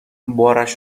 بارش